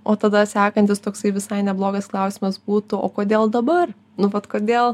o tada sekantis toksai visai neblogas klausimas būtų o kodėl dabar nu vat kodėl